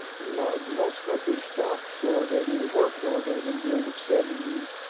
most most countries stopped floridating. they were floridating during the seventies.